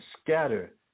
scatter